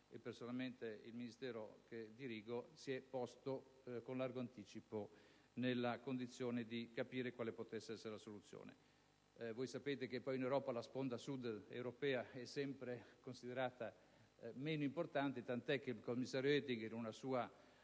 e personalmente il Ministero che dirigo, si è posto con largo anticipo nella condizione di individuare una soluzione. Sapete che in Europa la sponda Sud è sempre considerata meno importante, tant'è che il commissario Oettinger, in una sua